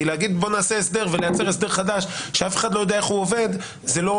לומר: נעשה הסדר ולייצר הסדר חדש שאף אחד לא יודע איך עובד - זה לא